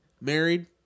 married